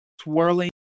swirling